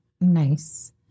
Nice